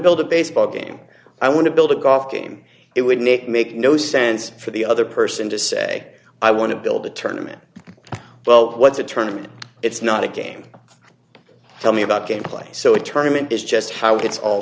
build a baseball game i want to build a golf game it would make make no sense for the other person to say i want to build a tournament well what's a turn and it's not a game tell me about game play so it tournaments is just how it's all